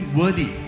worthy